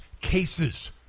cases